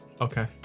okay